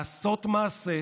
פעמים: